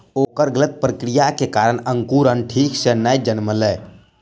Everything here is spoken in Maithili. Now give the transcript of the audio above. ओकर गलत प्रक्रिया के कारण अंकुरण ठीक सॅ नै जनमलै